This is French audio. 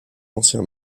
ancien